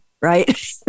right